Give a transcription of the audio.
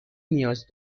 نیاز